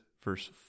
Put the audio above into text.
verse